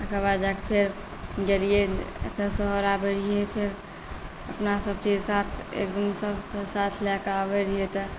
तकर बाद जाए कऽ फेर गेलियै ओतयसँ आबैत रहियै फेर अपनासभके साथ एक साथ लए कऽ आबैत रहियै तऽ